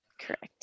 Correct